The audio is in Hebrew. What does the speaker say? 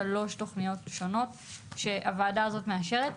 שלוש תוכניות שונות שהוועדה הזאת מאשרת,